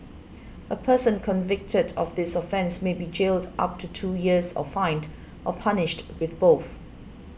a person convicted of this offence may be jailed up to two years or fined or punished with both